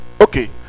okay